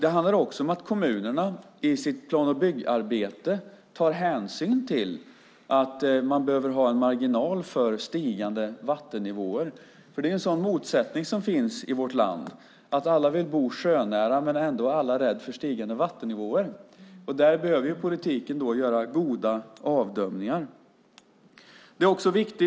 Det handlar också om att kommunerna i sitt plan och byggarbete tar hänsyn till att man behöver ha en marginal för stigande vattennivåer. För det finns en sådan motsättning i vårt land. Alla vill bo sjönära, men alla är ändå rädda för stigande vattennivåer. Där behöver man i politiken göra goda avdömningar.